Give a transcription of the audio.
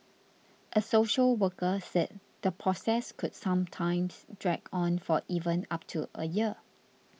a social worker said the process could sometimes drag on for even up to a year